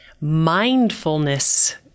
mindfulness